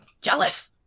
jealous